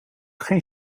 geen